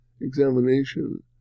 examination